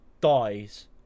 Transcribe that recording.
dies